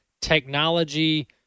technology